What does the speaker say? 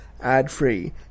ad-free